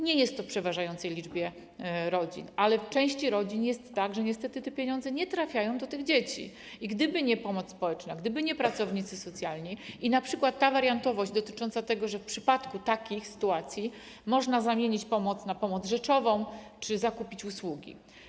Nie dotyczy to przeważającej liczby rodzin, ale w części rodzin jest tak, że niestety te pieniądze nie trafiają do dzieci i gdyby nie pomoc społeczna, gdyby nie pracownicy socjalni i np. ta wariantowość dotycząca tego, że w przypadku takich sytuacji można zamienić pomoc finansową na pomoc rzeczową czy zakupić usługi.